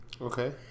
Okay